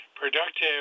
Productive